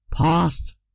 past